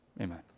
Amen